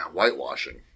Whitewashing